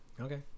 okay